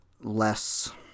less